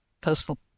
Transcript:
personal